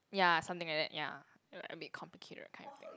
ya something like that ya like a bit complicated kind of thing